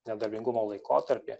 nedarbingumo laikotarpį